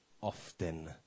often